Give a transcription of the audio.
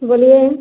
बोलिए